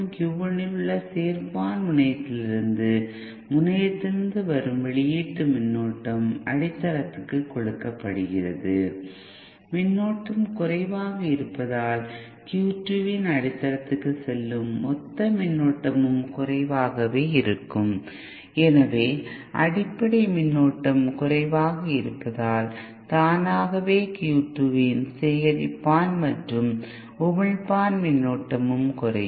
Q1 இல் உள்ள சேர்ப்பான் முனையத்தில் இருந்து முனையத்திலிருந்து வரும் வெளியீட்டு மின்னோட்டம் Q2 இன் அடித்தளத்திற்கு கொடுக்கப்படுகிறது மின்னோட்டம் குறைவாக இருப்பதால் Q2 இன் அடித்தளத்திற்கு செல்லும் மொத்த மின்னோட்டமும் குறைவாக இருக்கும் எனவே அடிப்படை மின்னோட்டம் குறைவாக இருப்பதால் தானாகவே Q2 இன் சேகரிப்பான் மற்றும் உமிழ்ப்பான் மின்னோட்டமும் குறையும்